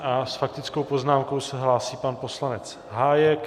S faktickou poznámkou se hlásí pan poslanec Hájek.